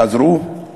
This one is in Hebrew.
חזרו.